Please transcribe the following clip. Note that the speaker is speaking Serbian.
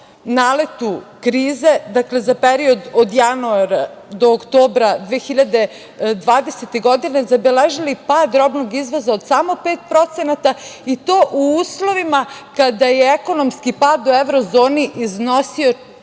naletu krize, dakle, za period od januara do oktobra 2020. godine zabeležili pad robnog izvoza od samo pet procenata i to u uslovima kada je ekonomski pad u evrozoni iznosio